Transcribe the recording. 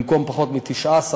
במקום פחות מ-19,000.